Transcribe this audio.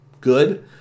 good